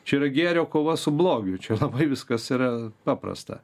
čia yra gėrio kova su blogiu čia labai viskas yra paprasta